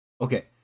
Okay